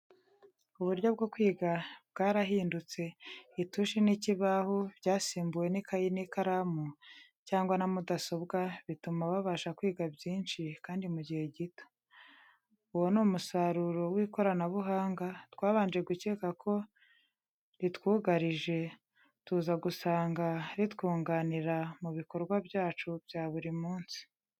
Uburyo bwo kwiga byarahindutse, itushi n'ikaramu byasimbuwe n'ikayi n'ikaramu cyangwa na mudasobwa, bituma babasha kwiga byinshi, kandi mu gihe gito. Uwo ni umusaruro w'ikoranabuhanga, twabanje gukeka ko ritwuarije, tuzaba gusanga ritwunganira mu bikorwa byacu bya buri munsi.